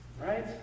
Right